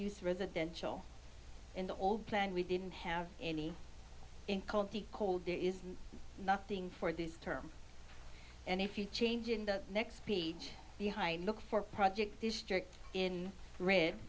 use residential in the old plan we didn't have any in called the cold there is nothing for this term and if you change in the next page behind look for project district in red